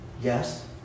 Yes